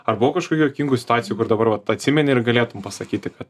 ar buvo kažkokių juokingų situacijų kur dabar vat atsimeni ir galėtum pasakyti kad